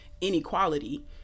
inequality